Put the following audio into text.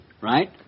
right